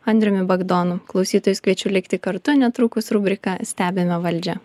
andriumi bagdonu klausytojus kviečiu likti kartu netrukus rubrika stebime valdžią